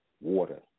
water